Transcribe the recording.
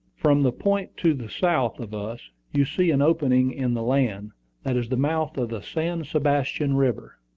from the point to the south of us, you see an opening in the land that is the mouth of the san sebastian river.